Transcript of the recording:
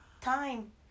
Time